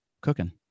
cooking